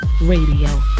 Radio